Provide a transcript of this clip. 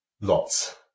Lots